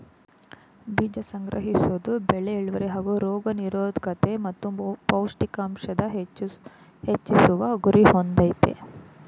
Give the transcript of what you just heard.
ಬೀಜ ಸಂಗ್ರಹಿಸೋದು ಬೆಳೆ ಇಳ್ವರಿ ಹಾಗೂ ರೋಗ ನಿರೋದ್ಕತೆ ಮತ್ತು ಪೌಷ್ಟಿಕಾಂಶ ಹೆಚ್ಚಿಸುವ ಗುರಿ ಹೊಂದಯ್ತೆ